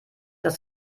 dass